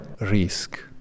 risk